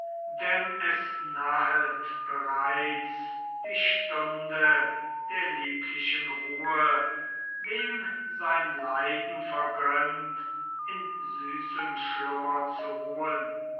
denn es nahet bereits die stunde der lieblichen ruhe wem sein leiden vergönnt in süßem schlummer zu ruhen